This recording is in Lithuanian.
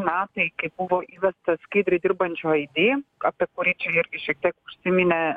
metai kai buvo įvestas skaidriai dirbančioj įdėjom apie kurį čia irgi šiek tiek užsiminė